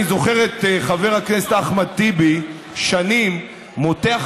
אני זוכר את חבר הכנסת אחמד טיבי שנים מותח